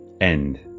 end